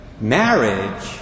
Marriage